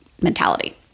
mentality